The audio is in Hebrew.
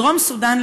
דרום סודאן,